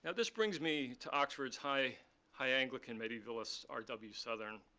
ah this brings me to oxford's high high anglican medievalist r w. southern.